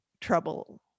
trouble